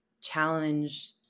challenge